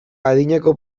adinako